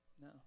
No